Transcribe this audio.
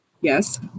Yes